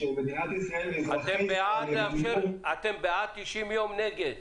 שמדינת ישראל --- אתם בעד 90 יום או נגד?